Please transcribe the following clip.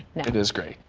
it is great,